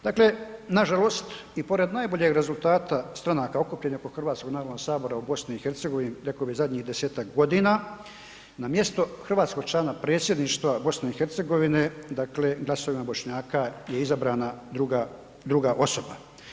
Dakle, nažalost i pored najboljeg rezultata stranaka okupljenih oko Hrvatskog narodnog sabora u BiH reko bi zadnjih 10 godina, na mjesto hrvatskog člana predsjedništva BiH dakle glasovima Bošnjaka je izabrana druga, druga osoba.